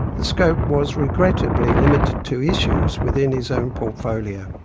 the scope was regrettably limited to issues within his own portfolio.